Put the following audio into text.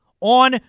on